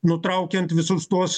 nutraukiant visus tuos